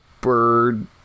bird